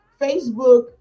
Facebook